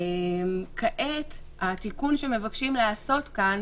וכעת התיקון שמבקשים לעשות כאן,